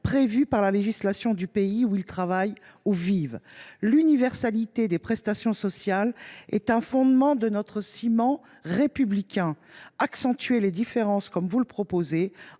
prévues par la législation du pays où ils travaillent ou vivent ». L’universalité des prestations sociales est un fondement de notre ciment républicain. Accentuer les différences, comme vous le proposez,